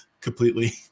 completely